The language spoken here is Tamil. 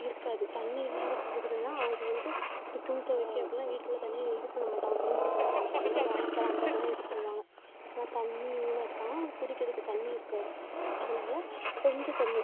இருக்காது தண்ணி இல்லாத பகுதிலலாம் அவங்க வந்து இப்படி துணி துவைக்க அப்படி இல்லைனா வீட்டில் உள்ளே தண்ணியை இது பண்ண மாட்டாங்க பயன்படுத்த மாட்டாங்க அதனால் வாய்க்கால் அங்கே போய் தான் இது பண்ணுவாங்க ஏன்னால் தண்ணியை வீணாக்கிட்டாங்கன்னால் அவங்களுக்கு குடிக்கிறதுக்கு தண்ணி இருக்காது அதனால கொஞ்சம் தண்ணி